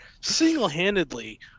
single-handedly